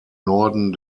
norden